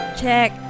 check